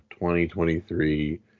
2023